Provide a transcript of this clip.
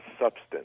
substance